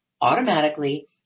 automatically